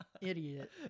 idiot